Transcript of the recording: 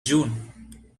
june